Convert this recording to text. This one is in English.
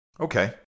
Okay